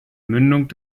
mündung